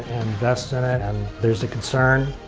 invests in it, and there's a concern,